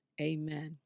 amen